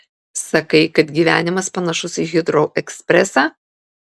sakai kad gyvenimas panašus į hitrou ekspresą